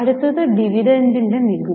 അടുത്തത് ഡിവിഡന്റിന് നികുതി